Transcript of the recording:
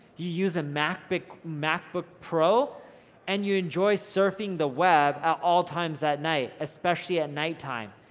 you use a macbook macbook pro and you enjoy surfing the web at all times at night, especially at night time,